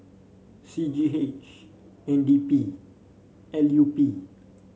C G H N D P L U P